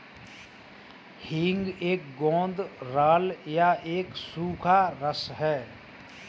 हींग एक गोंद राल या एक सूखा रस है